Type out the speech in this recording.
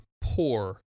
poor